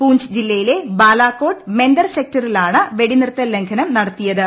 പൂഞ്ച് ജില്ലയിലെ ബാലാക്കോട്ട് മെന്ദർ സെക്ടറുകളിലാണ് വെടിനിർത്തൽ ലംഘനം നടത്തിയത്